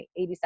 87%